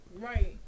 Right